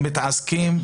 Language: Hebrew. מדהים.